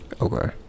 Okay